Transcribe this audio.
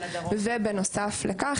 ובנוסף לכך,